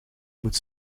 moet